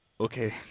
Okay